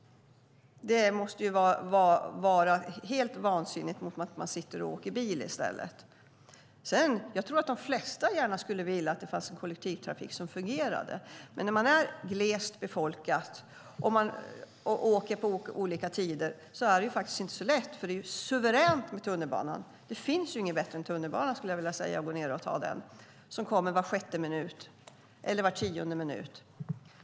Det måste vara helt vansinnigt jämfört med att man åker bil i stället. Jag tror att de flesta gärna skulle vilja att det fanns en kollektivtrafik som fungerade. Men när ett område är glest befolkat och när folk åker på olika tider är det inte så lätt. Det är suveränt med tunnelbanan. Det finns inget bättre än att gå ned och ta tunnelbanan, skulle jag vilja säga. Den kommer var sjätte eller tionde minut.